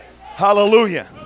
Hallelujah